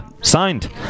signed